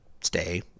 stay